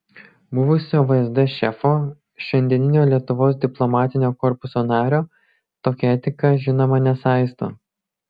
buvusio vsd šefo šiandieninio lietuvos diplomatinio korpuso nario tokia etika žinoma nesaisto